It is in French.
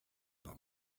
pas